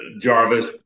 Jarvis